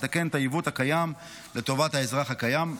לתקן את העיוות הקיים לטובת האזרח הקיים.